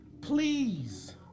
please